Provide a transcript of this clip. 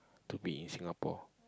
to be in Singapore